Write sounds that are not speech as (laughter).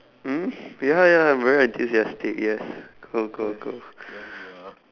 mhm (breath) ya ya I'm very enthusiastic yes cool cool cool (breath)